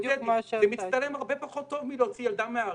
זה מצטלם הרבה פחות טוב מלהוציא ילדה מההריסות.